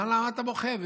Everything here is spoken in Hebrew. למה אתה בוכה?